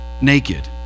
naked